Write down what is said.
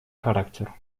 характер